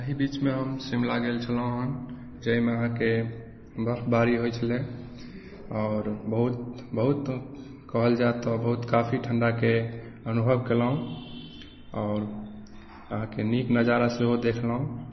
अहि बीचमे हम शिमला गेल छलहुँ हँ जाहिमे अहाँकेँ बर्फबारी होइत छलै आओर बहुत बहुत कहल जाइत तऽ बहुत काफी ठण्डाके अनुभव केलहुँ आओर अहाँकेँ नीक नजारा सेहो देखलहुँ